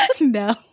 No